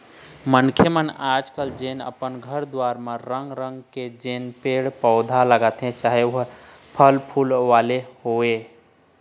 मनखे मन ह आज कल जेन अपन घर दुवार म रंग रंग के जेन पेड़ पउधा लगाथे चाहे ओ फर फूल वाले होवय